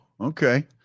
Okay